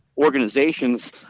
Organizations